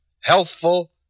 Healthful